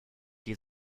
die